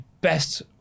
best